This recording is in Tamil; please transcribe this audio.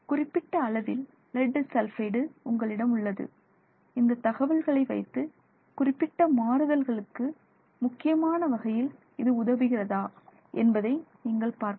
குறிப்பிட்ட அளவில் லெட் சல்பைடு உங்களிடம் உள்ளது இந்த தகவல்களை வைத்து குறிப்பிட்ட மாறுதல்களுக்கு முக்கியமான வகையில் இது உதவுகிறதா என்பதை நீங்கள் பார்க்க வேண்டும்